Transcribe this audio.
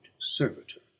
servitor